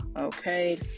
okay